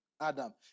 Adam